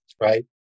right